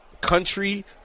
country